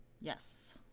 Yes